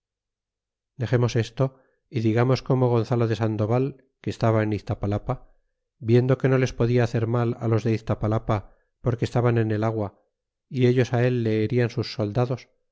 dexemos esto y digamos como gonzalo de sandoval que estaba en iztapalapa viendo que no les podia hacer mal los de iztapalapa porque estaban en el agua y ellos el le herian sus soldados